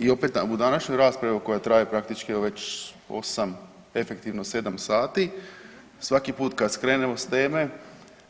I opet u današnjoj raspravi evo koja traje praktički evo već 8, efektivno 7 sati svaki put kad skrenemo s teme,